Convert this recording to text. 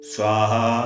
Swaha